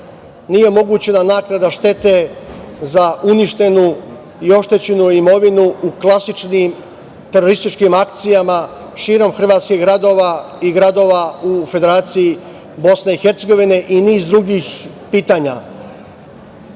nije omogućena naknada štete za uništenu i oštećenu imovinu u klasičnim terorističkim akcija širom hrvatskih gradova i gradova u Federaciji BiH i niz drugih